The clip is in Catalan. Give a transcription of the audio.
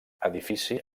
edifici